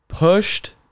pushed